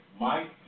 Mike